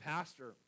Pastor